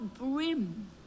brim